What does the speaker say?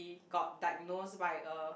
got diagnosed by a